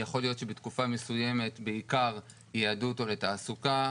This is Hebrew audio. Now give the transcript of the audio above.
יכול להיות שבתקופה מסוימת בעיקר ייעדו אותו לתעסוקה,